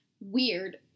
Weird